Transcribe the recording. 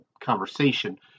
conversation